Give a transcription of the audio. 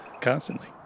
constantly